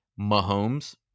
Mahomes